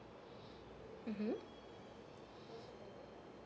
(uh huh)